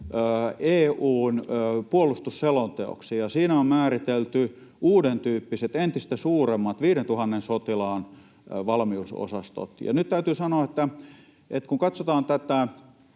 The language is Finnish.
EU:n puolustusselonteoksi. Siinä on määritelty uudentyyppiset, entistä suuremmat 5 000 sotilaan valmiusosastot. Nyt täytyy sanoa, että kun katsotaan tätä